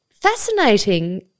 fascinating